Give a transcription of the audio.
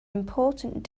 important